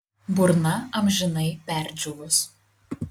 burna amžinai perdžiūvus